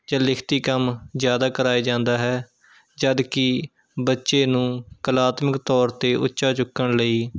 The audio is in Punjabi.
ਜਾਂ ਲਿਖਤੀ ਕੰਮ ਜ਼ਿਆਦਾ ਕਰਵਾਇਆ ਜਾਂਦਾ ਹੈ ਜਦਕਿ ਬੱਚੇ ਨੂੰ ਕਲਾਤਮਕ ਤੌਰ 'ਤੇ ਉੱਚਾ ਚੁੱਕਣ ਲਈ